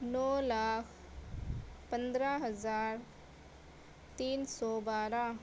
نو لاکھ پندرہ ہزار تین سو بارہ